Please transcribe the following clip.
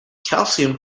calcium